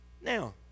Now